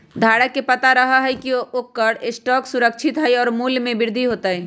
धारक के पता रहा हई की ओकर स्टॉक सुरक्षित हई और मूल्य में वृद्धि होतय